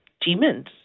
demons